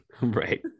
Right